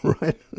right